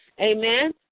Amen